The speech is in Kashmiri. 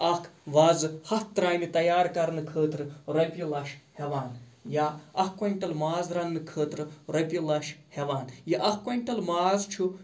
اکھ وازٕ ہَتھ ترٛاونہِ تیار کرنہٕ خٲطرٕ رۄپیہِ لَچھ ہیٚوان یا اکھ کویِنٹَل ماز رَننہٕ خٲطرٕ رۄپیہِ لَچھ ہیٚوان یہِ اکھ کویِنٹَل ماز چھُ